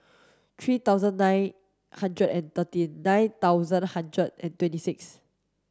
three thousand nine hundred and thirteen nine thousand hundred and twenty six